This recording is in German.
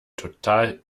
total